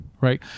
right